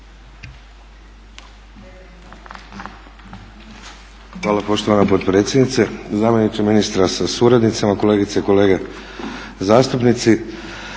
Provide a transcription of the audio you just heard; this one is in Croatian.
Hvala poštovana potpredsjednice. Zamjeniče ministra sa suradnicama, kolegice i kolege zastupnici.